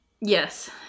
Yes